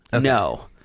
No